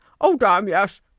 oh, damme! yes,